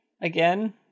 again